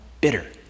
bitter